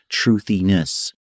truthiness